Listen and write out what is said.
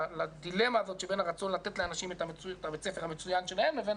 לדילמה בין הרצון לתת לאנשים את בית הספר המצוין שלהם לבין